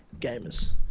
gamers